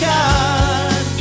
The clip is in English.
God